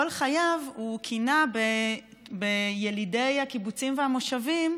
חייו הוא קינא בילידי הקיבוצים והמושבים,